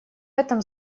этом